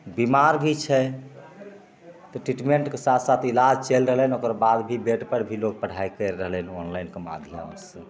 बेमार भी छै तऽ ट्रीटमेन्टके साथ साथ इलाज चलि रहलै हँ ओकर बाद भी बेडपर भी लोक पढ़ाइ करि रहलै हँ ऑनलाइनके माध्यमसे